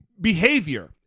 behavior